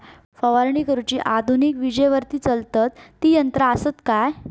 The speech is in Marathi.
फवारणी करुची आधुनिक विजेवरती चलतत ती यंत्रा आसत काय?